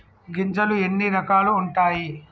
గింజలు ఎన్ని రకాలు ఉంటాయి?